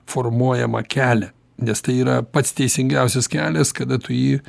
formuojamą kelią nes tai yra pats teisingiausias kelias kada tu jį